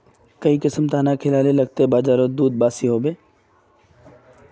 काई किसम दाना खिलाले लगते बजारोत दूध बासी होवे?